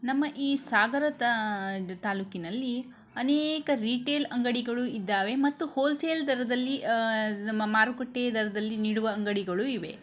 ನಮ್ಮ ಈ ಸಾಗರದ ತಾಲ್ಲೂಕಿನಲ್ಲಿ ಅನೇಕ ರಿಟೇಲ್ ಅಂಗಡಿಗಳು ಇದ್ದಾವೆ ಮತ್ತು ಹೋಲ್ಸೇಲ್ ದರದಲ್ಲಿ ಮಾರುಕಟ್ಟೆ ದರದಲ್ಲಿ ನೀಡುವ ಅಂಗಡಿಗಳು ಇವೆ